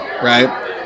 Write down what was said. Right